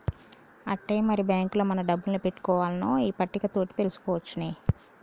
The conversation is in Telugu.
ఆట్టే మరి బాంకుల మన డబ్బులు పెట్టుకోవన్నో ఈ పట్టిక తోటి తెలుసుకోవచ్చునే